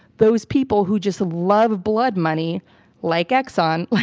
those people who just love blood money like exxon, like